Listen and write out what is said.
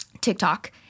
TikTok